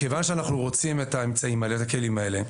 מכיוון שאנחנו רוצים את האמצעים ואת הכלים האלה,